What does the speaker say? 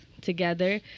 together